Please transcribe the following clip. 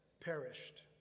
perished